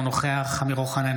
אינו נוכח אמיר אוחנה,